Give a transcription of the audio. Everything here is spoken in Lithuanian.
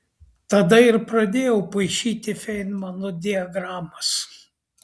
tada ir pradėjau paišyti feinmano diagramas